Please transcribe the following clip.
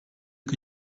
que